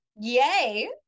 yay